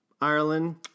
Ireland